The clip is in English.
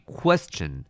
question